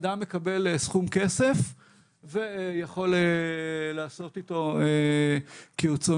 אדם מקבל סכום כסף ויכול לעשות איתו כרצונו.